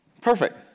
Perfect